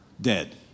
Dead